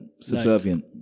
subservient